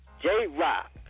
J-Rock